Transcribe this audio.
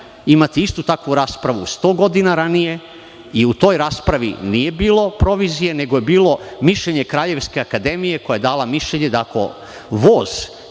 imati istu takvu raspravu 100 godina ranije. U toj raspravi nije bilo provizije, nego je bilo mišljenje Kraljevske akademije koja je dala mišljenje da, ako voz